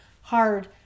hard